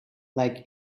like